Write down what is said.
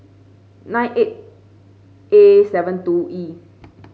nine eight A seven two E